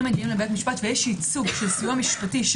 מגיעים לבית משפט ויש ייצוג של סיוע משפטי,